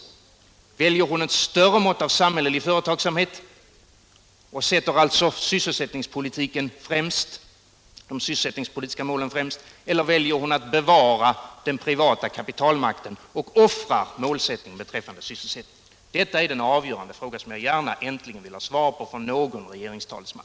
Väljer hon ett större mått av samhällelig företagsamhet och sätter hon de sysselsättningspolitiska målen främst, eller väljer hon att bevara den privata kapitalmakten och offra målsättningen beträffande sysselsättningen? Detta är den avgörande fråga som jag gärna äntligen vill ha svar på från någon av regeringens talesmän.